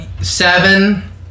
seven